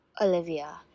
Olivia